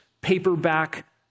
paperback